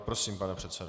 Prosím, pane předsedo.